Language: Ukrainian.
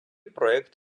проект